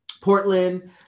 portland